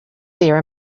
there